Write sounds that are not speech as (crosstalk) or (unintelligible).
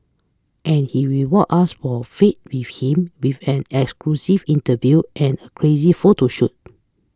and he reward us for our faith (unintelligible) him with an exclusive interview and a crazy photo shoot